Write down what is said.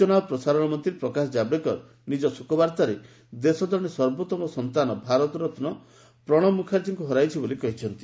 ସ୍କଚନା ଓ ପ୍ରସାରଣ ମନ୍ତ୍ରୀ ପ୍ରକାଶ ଜାଭଡେକର ନିଜ ଶୋକବାର୍ତ୍ତାରେ ଦେଶ ଜଣେ ସର୍ବୋତ୍ତମ ସନ୍ତାନ ଭାରତରତ୍ନ ପ୍ରଣବ ମୁଖାର୍ଜୀଙ୍କୁ ହରାଇଛି ବୋଲି କହିଚ୍ଚନ୍ତି